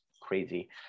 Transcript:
crazy